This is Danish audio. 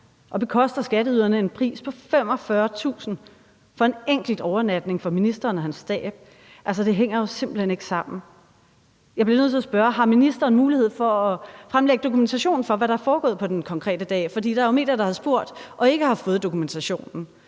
og det koster skatteborgerne et beløb på 45.000 kr. for en enkelt overnatning til ministeren og hans stab. Altså, det hænger jo simpelt hen ikke sammen. Jeg bliver nødt til at spørge: Har ministeren mulighed for at fremlægge dokumentation for, hvad der er foregået den konkrete dag? For der er jo medier, der har spurgt om det og ikke har fået dokumentationen.